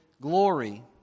glory